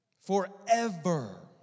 Forever